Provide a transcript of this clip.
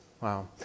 Wow